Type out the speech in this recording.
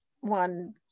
one